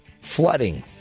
flooding